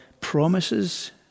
promises